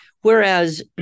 whereas